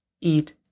eat